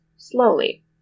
slowly